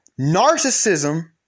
narcissism